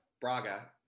Braga